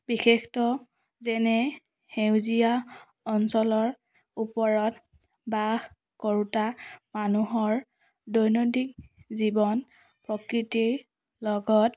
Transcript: বিশেষতঃ যেনে সেউজীয়া অঞ্চলৰ ওপৰত বাস কৰোঁতা মানুহৰ দৈনন্দিন জীৱন প্ৰকৃতিৰ লগত